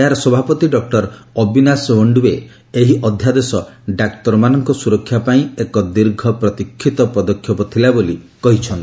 ଏହାର ସଭାପତି ଡକ୍କର ଅବିନାଶ ଭୁଷ୍ଣ୍ୱେ ଏହି ଅଧ୍ୟାଦେଶ ଡାକ୍ତରମାନଙ୍କ ସୁରକ୍ଷା ପାଇଁ ଏକ ଦୀର୍ଘ ପ୍ରତିକ୍ଷୀତ ପଦକ୍ଷେପ ଥିଲା ବୋଲି କହିଚ୍ଛନ୍ତି